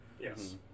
yes